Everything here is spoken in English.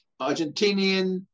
Argentinian